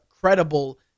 credible